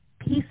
Peace